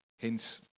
hence